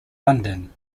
london